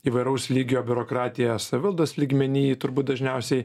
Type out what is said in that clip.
įvairaus lygio biurokratija savivaldos lygmeny turbūt dažniausiai